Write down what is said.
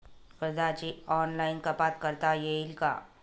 कर्जाची ऑनलाईन कपात करता येईल का?